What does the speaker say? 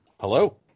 Hello